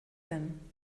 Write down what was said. them